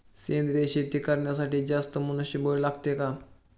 सेंद्रिय शेती करण्यासाठी जास्त मनुष्यबळ लागते का?